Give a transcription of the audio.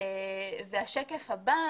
השקף הבא